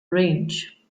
range